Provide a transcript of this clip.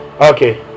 okay